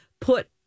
put